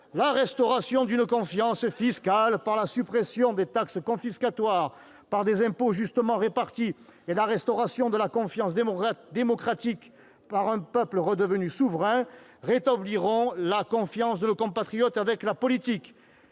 La restauration d'une confiance fiscale par la suppression des taxes confiscatoires, par des impôts justement répartis, et la restauration de la confiance démocratique par un peuple redevenu souverain rétabliront la confiance de nos compatriotes en la politique.